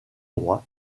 droit